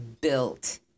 built